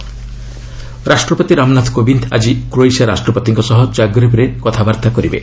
ପ୍ରେଜ୍ ଭିଜିଟ୍ ରାଷ୍ଟ୍ରପତି ରାମନାଥ କୋବିନ୍ଦ ଆଜି କ୍ରୋଏସିଆ ରାଷ୍ଟ୍ରପତିଙ୍କ ସହ ଜଗ୍ରେବରେ କଥାବାର୍ତ୍ତା କରିବେ